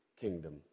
kingdom